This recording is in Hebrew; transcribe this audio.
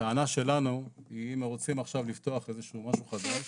הטענה שלנו היא אם רוצים עכשיו לפתוח איזה שהוא משהו חדש,